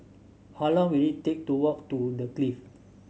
how long will it take to walk to The Clift